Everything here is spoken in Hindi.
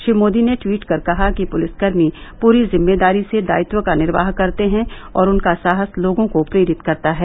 श्री मोदी ने दवीट कर कहा कि पुलिसकर्मी पूरी जिम्मेदारी से दायित्व का निर्वाह करते हैं और उनका साहस लोगों को प्रेरित करता है